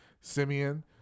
Simeon